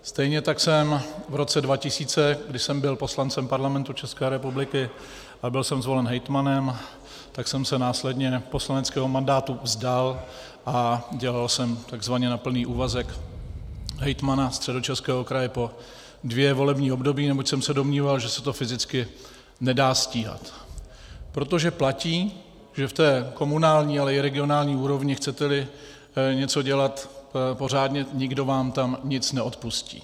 Stejně tak jsem v roce 2000, když jsem byl poslancem Parlamentu České republiky a byl jsem zvolen hejtmanem, tak jsem se následně poslaneckého mandátu vzdal a dělal jsem takzvaně na plný úvazek hejtmana Středočeského kraje po dvě volební období, neboť jsem se domníval, že se to fyzicky nedá stíhat, protože platí, že v komunální, ale i regionální úrovni, chceteli něco dělat pořádně, nikdo vám tam nic neodpustí.